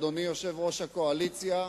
אדוני יושב-ראש הקואליציה,